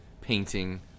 painting